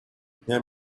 дня